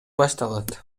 башталат